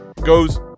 goes